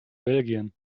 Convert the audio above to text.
belgien